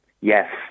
Yes